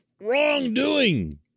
wrongdoing